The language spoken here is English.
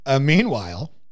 Meanwhile